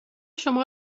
شما